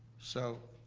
so.